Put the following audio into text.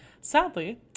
Sadly